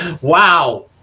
Wow